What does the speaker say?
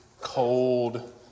cold